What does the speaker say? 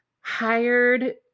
hired